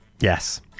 Yes